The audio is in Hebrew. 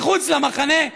מחוץ למחנה.